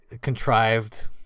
contrived